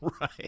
Right